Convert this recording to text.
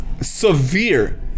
severe